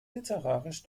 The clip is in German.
literarisch